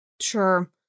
Sure